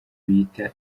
bita